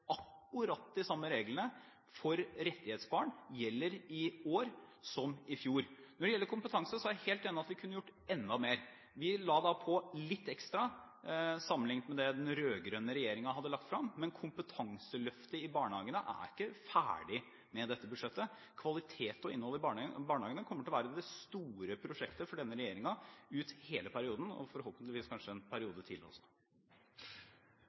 akkurat de samme reglene for rettighetsbarn gjelder i år som i fjor. Når det gjelder kompetanse, er jeg helt enig i at vi kunne gjort enda mer. Vi la på litt ekstra sammenlignet med det den rød-grønne regjeringen hadde lagt frem, men kompetanseløftet i barnehagene er ikke ferdig med dette budsjettet. Kvaliteten på innholdet i barnehagene kommer til å være det store prosjektet for denne regjeringen ut hele perioden og forhåpentligvis kanskje en periode til også.